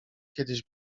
kiedyś